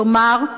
כלומר,